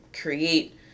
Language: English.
create